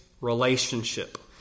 relationship